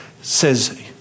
says